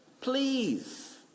Please